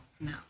no